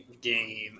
game